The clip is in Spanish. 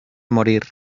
morir